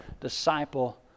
disciple